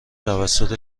توسط